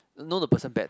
know the person that